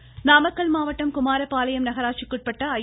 தங்கமணி நாமக்கல் மாவட்டம் குமாரபாளையம் நகராட்சிக்குட்பட்ட ஐ